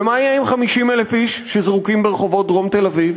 ומה יהיה עם 50,000 איש שזרוקים ברחובות דרום תל-אביב?